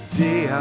day